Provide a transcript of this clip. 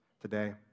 today